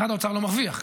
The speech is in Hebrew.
משרד האוצר לא מרוויח,